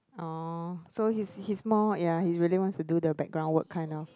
orh so he's he's more ya he really wants to do the background work kind of